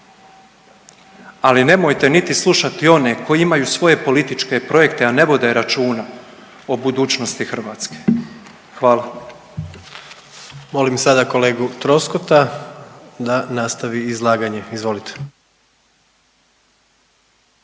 ali nemojte niti slušati one koji imaju svoje političke projekte a ne vode računa o budućnosti Hrvatske. Hvala. **Jandroković, Gordan (HDZ)** Molim sada kolegu Troskota da nastavi izlaganje. **Radin,